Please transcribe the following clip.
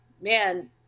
man